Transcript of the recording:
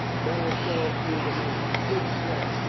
colonel stow appeared amazed. good sir,